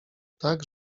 tak